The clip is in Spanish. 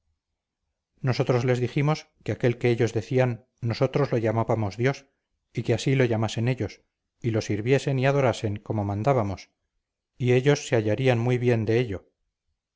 nosotros les dijimos que aquél que ellos decían nosotros lo llamábamos dios y que así lo llamasen ellos y lo sirviesen y adorasen como mandábamos y ellos se hallarían muy bien de ello